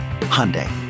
Hyundai